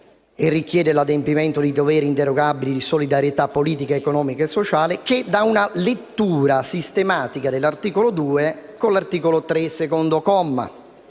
e richiede l'adempimento di doveri inderogabili di solidarietà politica, economica e sociale») sia nella lettura sistematica dell'articolo 2 con l'articolo 3, secondo comma